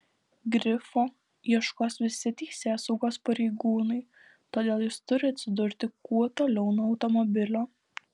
grifo ieškos visi teisėsaugos pareigūnai todėl jis turi atsidurti kuo toliau nuo automobilio